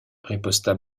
riposta